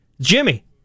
Jimmy